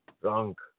drunk